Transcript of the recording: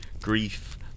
grief